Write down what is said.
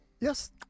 Yes